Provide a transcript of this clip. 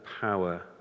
power